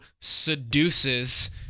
seduces